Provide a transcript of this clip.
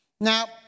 Now